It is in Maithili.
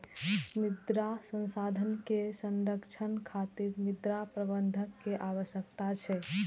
मृदा संसाधन के संरक्षण खातिर मृदा प्रबंधन के आवश्यकता छै